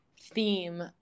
theme